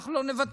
שאנחנו לא נוותר,